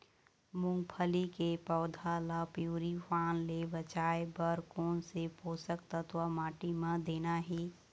मुंगफली के पौधा ला पिवरी पान ले बचाए बर कोन से पोषक तत्व माटी म देना हे?